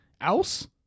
else